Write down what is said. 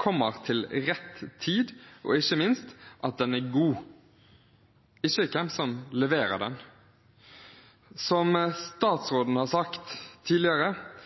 kommer til rett tid og ikke minst at den er god – ikke hvem som leverer den. Som